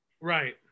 Right